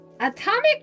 Atomic